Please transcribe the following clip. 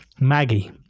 Maggie